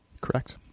Correct